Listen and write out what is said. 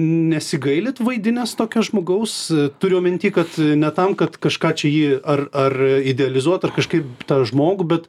nesigailit vaidinęs tokią žmogaus turiu minty kad ne tam kad kažką čia jį ar ar idealizuot ar kažkaip tą žmogų bet